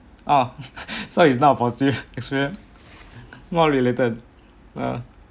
oh so is not a positive experience more related uh